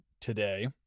today